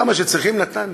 כמה שצריכים נתן.